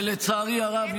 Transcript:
ולצערי הרב,